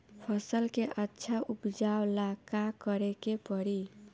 फसल के अच्छा उपजाव ला का करे के परी?